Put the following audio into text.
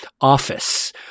office